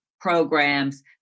programs